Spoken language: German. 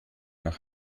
nach